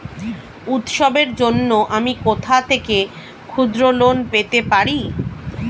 উৎসবের জন্য আমি কোথা থেকে ক্ষুদ্র লোন পেতে পারি?